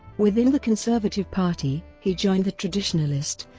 within the conservative party, he joined the traditionalist